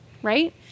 Right